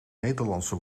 nederlandse